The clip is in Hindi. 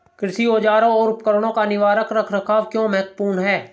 कृषि औजारों और उपकरणों का निवारक रख रखाव क्यों महत्वपूर्ण है?